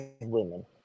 women